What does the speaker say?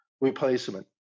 replacement